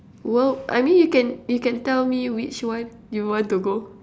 well I mean you can you can tell me which one you want to go